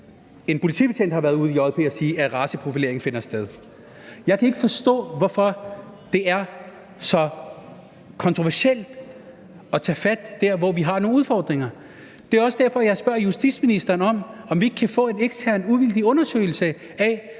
en politibetjent har været ude i Jyllands-Posten og sige det – at raceprofilering finder sted. Jeg kan ikke forstå, hvorfor det er så kontroversielt at tage fat der, hvor vi har nogle udfordringer. Det er også derfor, jeg spørger justitsministeren, om vi ikke kan få en ekstern uvildig undersøgelse af,